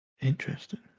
interesting